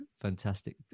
Fantastic